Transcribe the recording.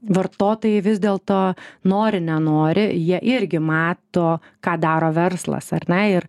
vartotojai vis dėlto nori nenori jie irgi mato ką daro verslas ar ne ir